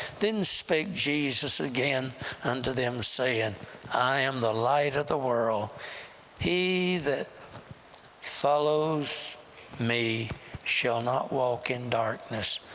then spake jesus again unto them, saying, i am the light of the world he that follows me shall not walk in darkness,